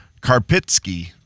Karpitsky